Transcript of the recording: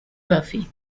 buffy